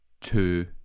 two